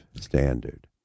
standard